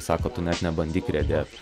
sako tu net nebandyk riedėt